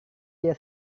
dia